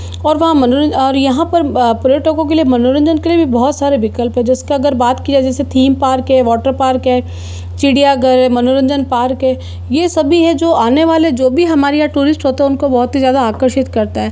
और वहाँ मनोरंजन और यहाँ पर पर्यटकों के लिए मनोरंजन के लिए भी बहुत सारे विकल्प है जिसका अगर बात किया जैसे थीम पार्क है वाटर पार्क है चिड़ियाघर है मनोरंजन पार्क है ये सभी है जो आने वाले जो भी हमारी टूरिस्ट होते हैं उनको बहुत ही ज़्यादा आकर्षित करता है